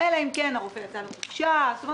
אלא אם כן הרופא יצא לחופשה וכדומה.